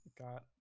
got